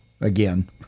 again